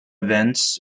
events